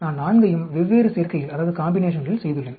நான் 4 ஐயும் வெவ்வேறு சேர்க்கைகளில் செய்துள்ளேன்